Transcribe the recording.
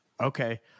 Okay